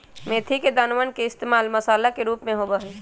मेथी के दानवन के इश्तेमाल मसाला के रूप में होबा हई